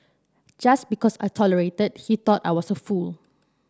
just because I tolerated he thought I was a fool